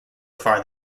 far